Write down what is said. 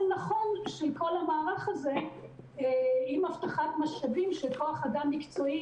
נכון של כל המערך הזה עם הבטחת משאבים של כוח-אדם מקצועי,